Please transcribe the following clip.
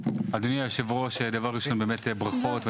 אדוני היושב-ראש, דבר ראשון ברכות.